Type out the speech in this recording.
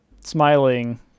smiling